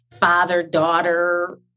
father-daughter